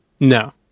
No